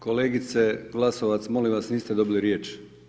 Kolegice Glasovac, molim vas, niste dobili riječ.